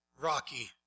Rocky